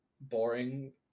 boring